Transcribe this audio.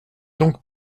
donc